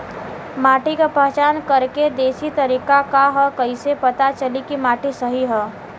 माटी क पहचान करके देशी तरीका का ह कईसे पता चली कि माटी सही ह?